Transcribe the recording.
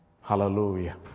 Hallelujah